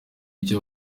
icyo